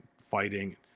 fighting